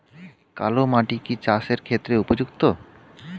কালো মাটি কি চাষের ক্ষেত্রে উপযুক্ত?